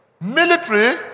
Military